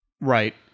Right